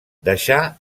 deixà